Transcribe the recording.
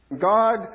God